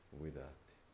guidati